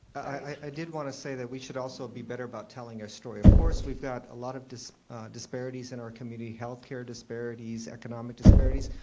i did want to say that we should also be better about telling our story. of course, we've got a lot of so disparities in our community, health care disparities, economic disparities.